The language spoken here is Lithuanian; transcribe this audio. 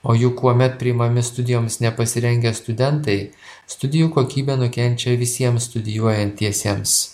o juk kuomet priimami studijoms nepasirengę studentai studijų kokybė nukenčia visiems studijuojantiesiems